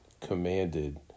commanded